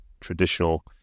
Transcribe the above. traditional